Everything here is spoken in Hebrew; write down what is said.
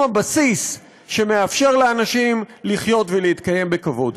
הבסיס שמאפשר לאנשים לחיות ולהתקיים בכבוד.